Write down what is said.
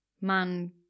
man-